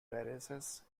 terraces